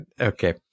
Okay